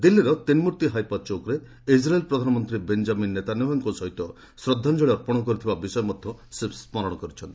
ଦିଲ୍ଲୀର ତିନ୍ମୂର୍ଭି ହାଇପା ଚୌକ୍ରେ ଇଜ୍ରାଏଲ୍ ପ୍ରଧାନମନ୍ତ୍ରୀ ବେଞ୍ଜାମିନ୍ ନେତନ୍ୟାହୁଙ୍କ ସହ ଶ୍ରଦ୍ଧାଞ୍ଚଳି ଅର୍ପଣ କରିଥିବା ବିଷୟ ମଧ୍ୟ ସେ ସ୍କରଣ କରିଛନ୍ତି